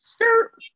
sure